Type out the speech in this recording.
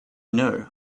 know